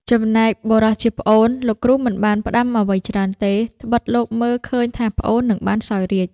ចំណែកបុរសជាប្អូន លោកគ្រូមិនបានផ្ដាំអ្វីច្រើនទេ ត្បិតលោកមើលឃើញថាប្អូននឹងបានសោយរាជ្យ។